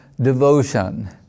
devotion